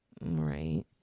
right